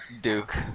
Duke